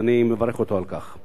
ואני מברך אותו על כך.